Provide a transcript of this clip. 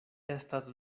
estas